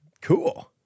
Cool